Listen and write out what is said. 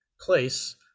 place